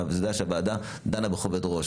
והוועדה דנה בכובד ראש.